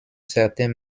certain